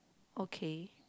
okay